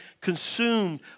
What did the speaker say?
consumed